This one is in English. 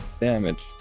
damage